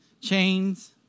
chains